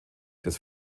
des